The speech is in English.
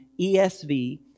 ESV